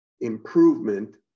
improvement